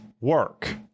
work